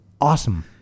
awesome